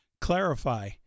clarify